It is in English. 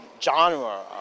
genre